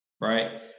Right